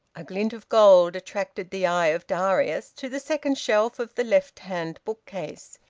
a glint of gold attracted the eye of darius to the second shelf of the left-hand bookcase,